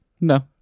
No